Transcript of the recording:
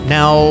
now